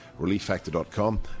relieffactor.com